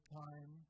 time